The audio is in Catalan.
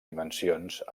dimensions